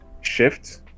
shift